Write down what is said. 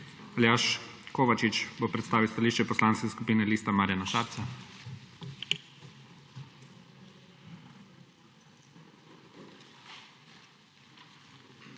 Aljaž Kovačič bo predstavil stališče Poslanske skupine Liste Marjana Šarca.